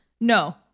No